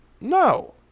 No